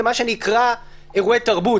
זה מה שנקרא אירועי תרבות.